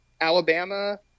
Alabama